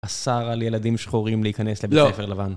אסר על ילדים שחורים להיכנס לבית הספר לבן.